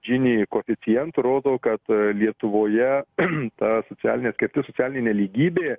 gini koeficientu rodo kad lietuvoje ta socialinė atskirtis socialinė nelygybė